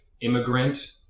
immigrant